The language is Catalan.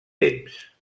temps